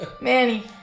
Manny